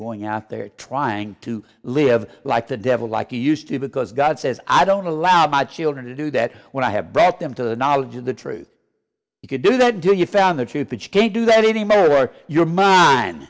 going out there trying to live like the devil like you used to because god says i don't allow my children to do that when i have brought them to the knowledge of the truth you could do that do you found the truth that you can't do that anymore or your mind